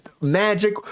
magic